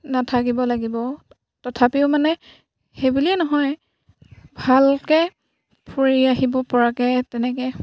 নাথাকিব লাগিব তথাপিও মানে সেই বুলিয়ে নহয় ভালকৈ ফুৰি আহিব পৰাকে তেনেকৈ